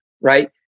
right